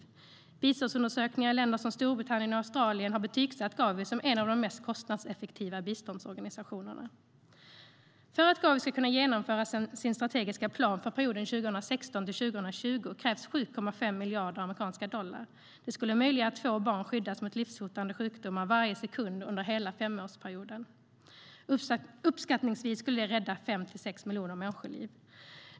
Biståndsundersökningar i länder som Storbritannien och Australien har betygsatt Gavi som en av de mest kostnadseffektiva biståndsorganisationerna. För att Gavi ska kunna genomföra sin strategiska plan för perioden 2016-2020 krävs 7,5 miljarder amerikanska dollar. Det skulle möjliggöra att två barn per sekund skyddas mot livshotande sjukdomar under hela femårsperioden. Uppskattningsvis skulle det rädda fem till sex miljoner människoliv.